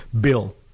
bill